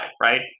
right